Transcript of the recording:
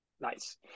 Nice